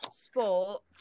sport